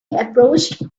approached